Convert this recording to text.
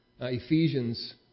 Ephesians